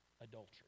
adultery